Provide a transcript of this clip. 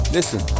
Listen